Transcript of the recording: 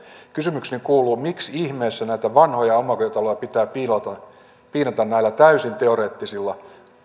kysymykseni kuuluu miksi ihmeessä näitä vanhoja omakotitaloja pitää piinata näillä täysin teoreettisilla